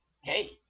hey